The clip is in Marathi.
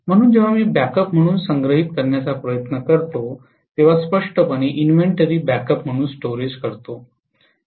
म्हणून जेव्हा मी बॅकअप म्हणून संग्रहित करण्याचा प्रयत्न करतो तेव्हा स्पष्टपणे इन्व्हेंटरी बॅकअप म्हणून स्टोरेज करते